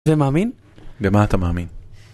זה מאמין? במה אתה מאמין?